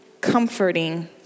comforting